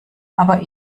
aber